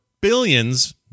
billions